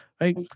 Right